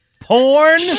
porn